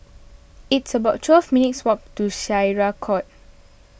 it's about twelve minutes' walk to Syariah Court